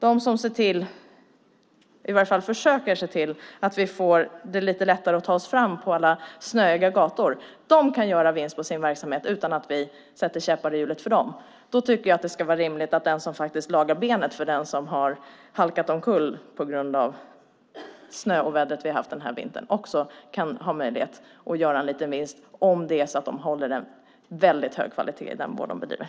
De som försöker se till att vi får det lite lättare att ta oss fram på alla snöiga gator kan göra vinst på sin verksamhet utan att vi sätter käppar i hjulet för dem. Då tycker jag att det är rimligt att de som lagar benet på den som har halkat omkull på grund av det snöoväder vi har haft den här vintern också kan ha möjlighet att göra en liten vinst om de håller en hög kvalitet i den vård de bedriver.